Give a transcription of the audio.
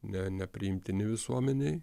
ne nepriimtini visuomenei